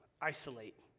isolate